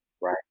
right